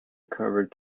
covered